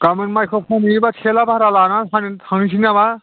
गाबोन माइखो फानहैयोबो थेला भारा लानानै फानहैनोसै नामा